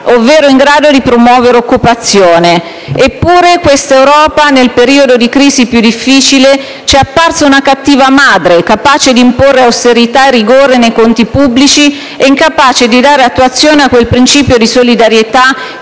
ovvero in grado di promuovere occupazione. Eppure questa Europa, nel periodo di crisi più difficile, ci è apparsa una cattiva madre, capace di imporre austerità e rigore nei conti pubblici e incapace di dare attuazione a quel principio di solidarietà